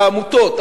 העמותות,